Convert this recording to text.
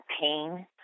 pain